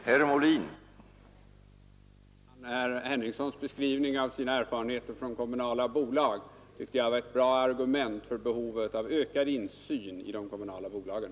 Herr talman! Herr Henningssons beskrivning av sina erfarenheter från kommunala bolag tycker jag var ett bra argument för behovet av ökad insyn i de kommunala bolagen.